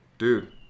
Dude